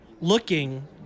looking